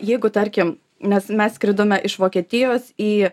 jeigu tarkim nes mes skridome iš vokietijos į